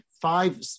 five